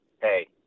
hey